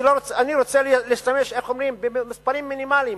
אני רוצה להשתמש במספרים מינימליים,